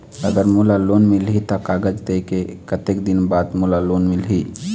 अगर मोला लोन मिलही त कागज देहे के कतेक दिन बाद मोला लोन मिलही?